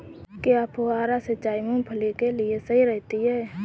क्या फुहारा सिंचाई मूंगफली के लिए सही रहती है?